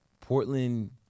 Portland